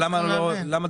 למה לא דצמבר.